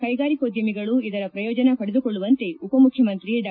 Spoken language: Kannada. ಕೈಗಾರಿಕೋದ್ಯಮಿಗಳು ಇದರ ಪ್ರಯೋಜನ ಪಡೆದುಕೊಳ್ಳುವಂತೆ ಉಪಮುಖ್ಯಮಂತ್ರಿ ಡಾ